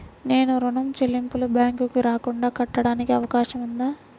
నేను ఋణం చెల్లింపులు బ్యాంకుకి రాకుండా కట్టడానికి అవకాశం ఉందా?